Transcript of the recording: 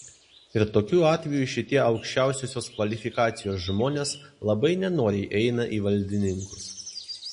ir tokiu atveju šitie aukščiausiosios kvalifikacijos žmonės labai nenoriai eina į valdininkus